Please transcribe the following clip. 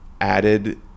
added